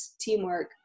teamwork